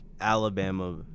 Alabama